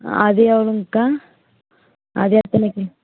அது எவ்வளோங்கக்கா அது எத்தனை கிலோ